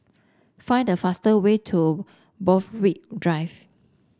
find the fast way to Borthwick Drive